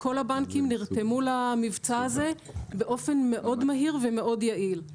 כל הבנקים נרתמו למבצע הזה באופן מאוד מהיר ומאוד יעיל.